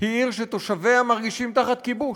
היא עיר שתושביה מרגישים תחת כיבוש.